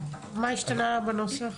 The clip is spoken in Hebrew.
מה השתנה בנוסח?